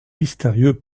mystérieux